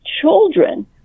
children